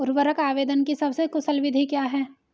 उर्वरक आवेदन की सबसे कुशल विधि क्या है?